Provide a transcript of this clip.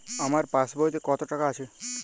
আমার পাসবইতে কত টাকা আছে?